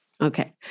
Okay